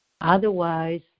Otherwise